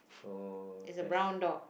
so there's